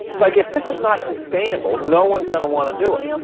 like if this is not sustainable, no one's gonna want to do it.